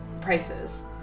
prices